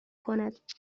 کند